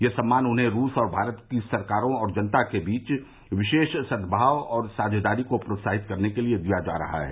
यह सम्मान उन्हें रूस और भारत की सरकारों और जनता के बीच विशेष सद्भाव और साझेदारी को प्रोत्साहित करने के लिए दिया जा रहा है